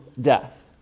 death